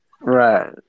Right